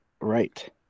right